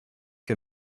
que